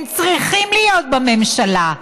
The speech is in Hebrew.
הם צריכים להיות בממשלה,